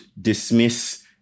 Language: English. dismiss